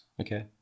Okay